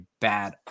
bad